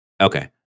okay